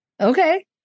Okay